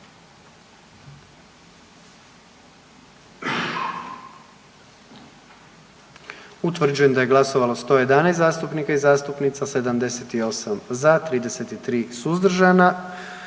Utvrđujem da je glasovalo 111 zastupnika i zastupnica, 78 za, 33 suzdržana